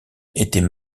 étaient